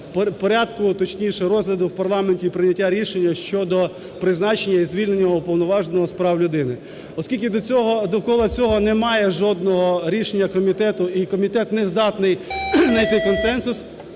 порядку, точніше розгляду в парламенті і прийняття рішення щодо призначення і звільнення Уповноваженого з прав людини. Оскільки довкола цього немає жодного рішення комітету, і комітет не здатний найти консенсус,